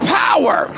power